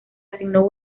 asignó